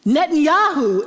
Netanyahu